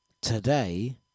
today